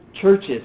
churches